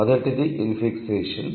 మొదటిది ఇన్ఫిక్సేషన్